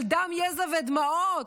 של דם יזע ודמעות,